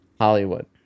Hollywood